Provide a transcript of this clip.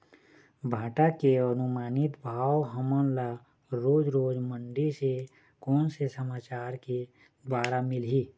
भांटा के अनुमानित भाव हमन ला रोज रोज मंडी से कोन से समाचार के द्वारा मिलही?